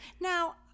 Now